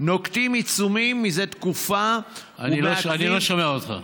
נוקטים עיצומים זה תקופה, אני לא שומע אותך.